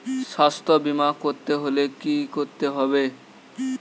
স্বাস্থ্যবীমা করতে হলে কি করতে হবে?